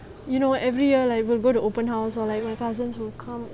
you know every year like we will go to open house or like my cousins would come